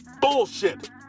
bullshit